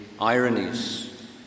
ironies